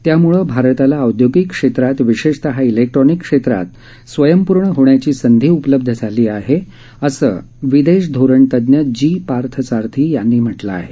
त्याम्ळं भारताला औद्योगिक क्षेत्रात विशेषतः इलेक्ट्रोनिक क्षेत्रात स्वयंपूर्ण होण्याची संधी उपलब्ध झाली आहे असं विदेश धोरण तज्ञ जी पार्थसारथी यांनी म्हटल आहे